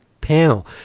panel